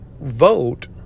vote